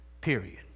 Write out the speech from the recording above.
period